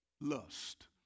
lust